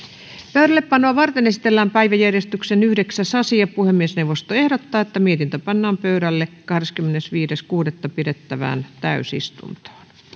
pöydällepanoa varten esitellään päiväjärjestyksen yhdeksäs asia puhemiesneuvosto ehdottaa että mietintö pannaan pöydälle kahdeskymmenesviides kuudetta kaksituhattakahdeksantoista pidettävään täysistuntoon